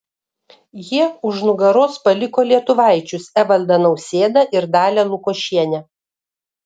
jie už nugaros paliko lietuvaičius evaldą nausėdą ir dalią lukošienę